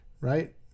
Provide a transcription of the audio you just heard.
Right